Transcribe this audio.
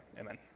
Amen